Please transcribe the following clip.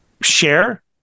share